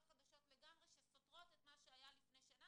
חדשות לגמרי שסותרות את מה שהיה לפני שנה,